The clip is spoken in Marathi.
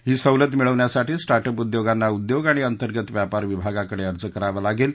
ही सवलत मिळवण्यासाठी स्टार्टअप उद्योगांना उद्योग आणि अंतर्गत व्यापार विभागाकडे अर्ज करावा लागेल